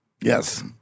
Yes